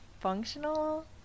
functional